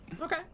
Okay